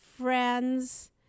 friends